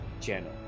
channel